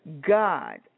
God